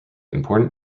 important